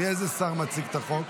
איזה שר מציג את החוק?